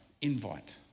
invite